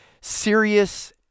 serious